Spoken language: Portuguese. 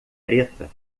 preta